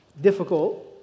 difficult